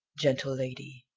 gentle lady.